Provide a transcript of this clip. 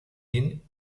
dean